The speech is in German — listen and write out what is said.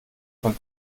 von